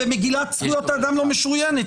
ומגילת זכויות האדם לא משוריינת.